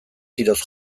tiroz